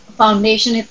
foundation